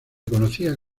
conocía